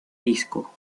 disco